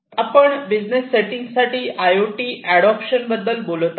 आपण business setting साठी I O T adoption बद्दल बोलत आहोत